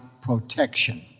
protection